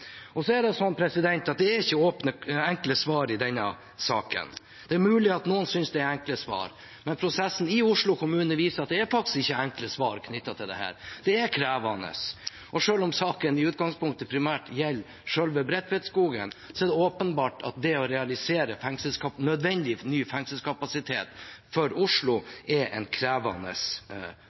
Så er det sånn at det ikke er enkle svar i denne saken. Det er mulig at noen synes det er enkle svar, men prosessen i Oslo kommune viser at det faktisk ikke er enkle svar knyttet til dette. Det er krevende. Og selv om saken i utgangspunktet primært gjelder selve Bredtvetskogen, er det åpenbart at det å realisere nødvendig ny fengselskapasitet for Oslo er en krevende